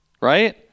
right